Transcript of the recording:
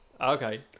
Okay